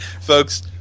Folks